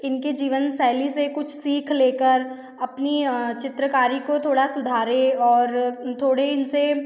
इनके जीवन शैली से कुछ सिख ले कर अपनी चित्रकारी को थोड़ा सुधारें और थोड़े इन से